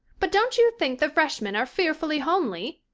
but don't you think the freshmen are fearfully homely?